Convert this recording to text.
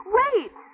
wait